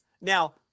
now